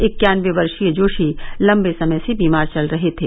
इक्यानबे वर्षीय जोशी लंबे समय से बीमार चल रहे थे